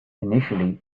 initially